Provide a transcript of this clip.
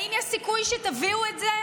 האם יש סיכוי שתביאו את זה?